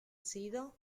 sido